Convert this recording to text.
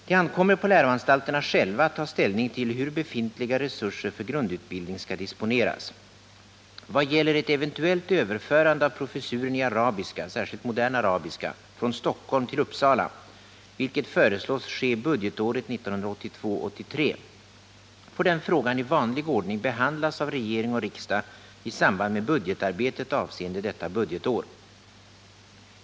: Det ankommer på läroanstalterna själva att ta ställning till hur befintliga resurser för grundutbildning skall disponeras. Vad gäller ett eventuellt överförande av professuren i arabiska, särskilt modern arabiska, från Stockholm till Uppsala, vilket föreslås ske budgetåret 1982/83, får den frågan i vanlig ordning behandlas av regering och riksdag i samband med budgetarbetet avseende detta budgetår.